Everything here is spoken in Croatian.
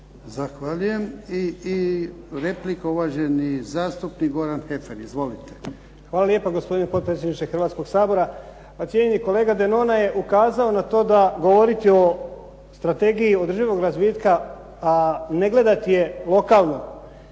Zahvaljujem. I replika, uvaženi zastupnik Goran Heffer. Izvolite. **Heffer, Goran (SDP)** Hvala lijepa gospodine potpredsjedniče Hrvatskog sabora. Pa cijenjeni kolega Denona je ukazao na to da govoriti o strategiji održivog razvitka, a ne gledati je lokalno